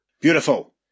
Beautiful